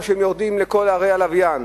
או שהם יורדים לכל ערי הלוויין?